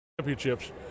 championships